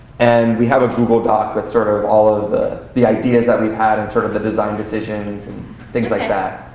and we have a google doc that's but sort of all of the the ideas that we had and sort of the design decisions and things like that.